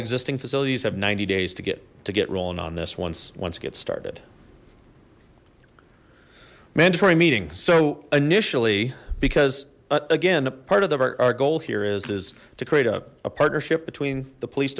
existing facilities have ninety days to get to get rolling on this once once gets started mandatory meeting so initially because again a part of them our goal here is is to create a a partnership between the police